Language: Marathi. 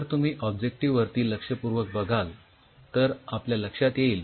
जर तुम्ही ऑब्जेक्टिव्ह वरती लक्षपूर्वक बघाल तर आपल्या लक्षात येईल